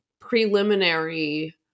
preliminary